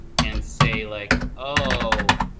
and say, like, oh,